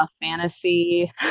fantasy